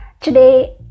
Today